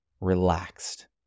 relaxed